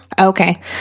Okay